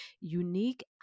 unique